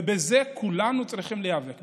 בזה כולנו צריכים להיאבק.